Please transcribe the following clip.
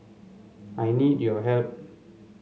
I need your help